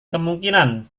kemungkinan